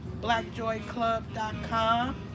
blackjoyclub.com